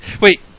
Wait